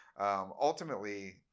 ultimately